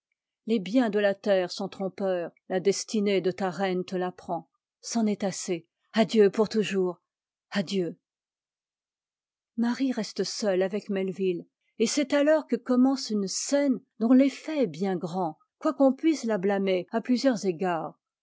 les biens de la terre sont trompeurs la destinée de ta reine te l'apprend c'en est assez adieu pour toujours adieu marie reste seule avec melvil et c'est alors que commence une scène dont l'effet est bien grand quoiqu'on puisse la blâmer à plusieurs égards